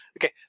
Okay